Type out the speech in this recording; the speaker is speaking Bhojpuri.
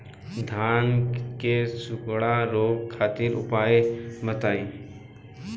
धान के सुखड़ा रोग खातिर उपाय बताई?